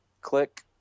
Click